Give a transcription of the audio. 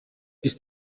ist